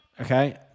Okay